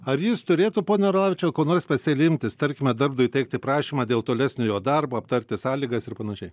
ar jis turėtų pone orlavičiau ko nors specialiai imtis tarkime darbdaviui teikti prašymą dėl tolesnio jo darbo aptarti sąlygas ir panašiai